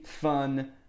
fun